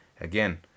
again